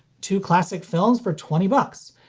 two classic films for twenty but